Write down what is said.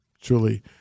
truly